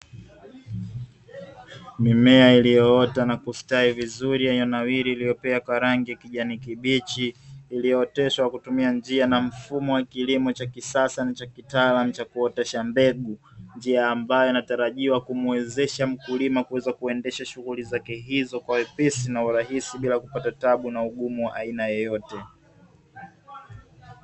Mimea iliyoota na kustawi vizuri na kunawiri iliyopea kwa rangiya kijani kibichi, iliyoteswa kutumia njia na mfumo wa kilimo cha kisasa na cha kitaalam cha kuota cha mbegu, njia ambayo inatarajiwa kumuwezesha mkulima kuweza kuendesha shughuli zake hizo kwa wepesi na urahisi bila kupata taabu na ugumu wa aina yoyote.